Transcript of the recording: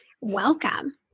welcome